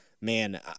man